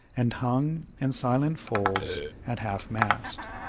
and hung in silent folds at half-mast.